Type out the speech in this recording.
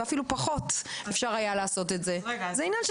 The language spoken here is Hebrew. ואפילו פחות,